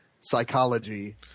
psychology